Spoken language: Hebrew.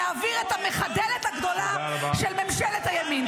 להעביר את המחדלת הגדולה של ממשלת הימין.